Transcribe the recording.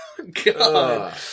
God